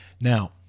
Now